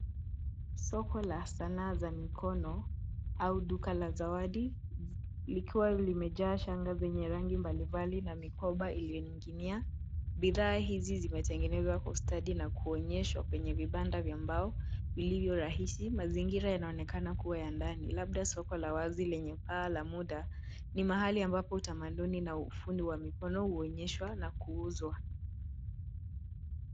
Soko la sanaa za mikono au duka la zawadi likiwa limejaa shanga zenye rangi mbalimbali na mikoba iliyoninig'inia. Bidhaa hizi zimetengenezwa kwa ustadi na kuonyeshwa kwenye vibanda vya mbao vilivyo rahisi. Mazingira yanaonekana kuwa ya ndani labda soko la wazi lenye paa la muda. Ni mahali ambapo utamaduni na fundi wa mikono huonyeshwa na kuuzwa.